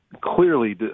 clearly